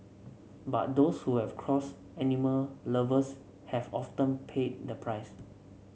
but those who have crossed animal lovers have often paid the price